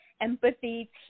empathy